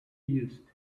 used